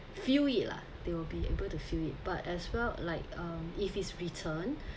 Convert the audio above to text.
feel it lah they will be able to feel it but as well like um if its return